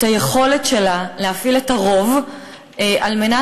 את היכולת שלה להפעיל את הרוב על מנת